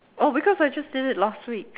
oh because I just did it last week